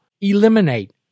eliminate